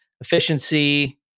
efficiency